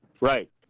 Right